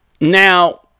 Now